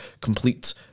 complete